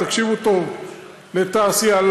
תקשיבו טוב, לתעשייה.